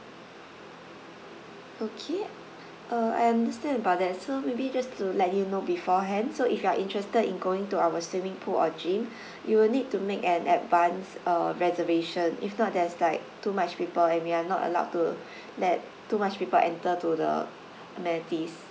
okay uh I understand but there is still maybe just to let you know beforehand so if you are interested in going to our swimming pool or gym you will need to make an advance uh reservation if not there's like too much people and we are not allowed to let too much people enter to the amenities